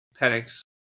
Penix